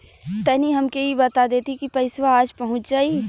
तनि हमके इ बता देती की पइसवा आज पहुँच जाई?